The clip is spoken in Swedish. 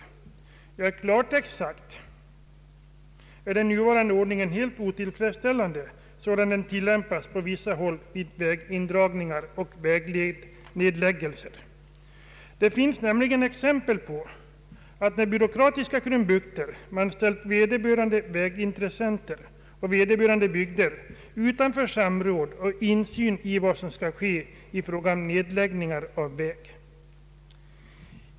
Utsagt i klartext är den nuvarande ordningen helt otillfredsställande, sådan den tillämpas på vissa håll vid vägindragningar och vägnedläggelser. Det finns nämligen exempel på att man med byråkratiska krumbukter ställt vederbörande vägintressenter utanför samråd och insyn i vad som skall ske i fråga om nedläggningar av väg.